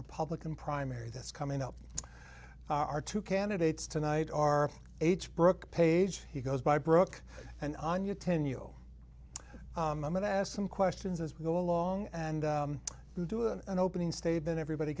republican primary that's coming up our two candidates tonight are h brooke page he goes by brooke and on you ten you i'm going to ask some questions as we go along and do an opening statement everybody